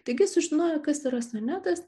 taigi sužinoję kas yra sonetas